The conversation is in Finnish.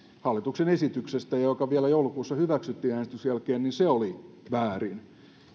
hallituksen esityksestä joka vielä joulukuussa hyväksyttiin äänestyksen jälkeen oli väärin